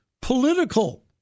political